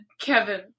Kevin